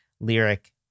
lyric